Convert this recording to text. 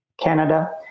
Canada